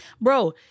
bro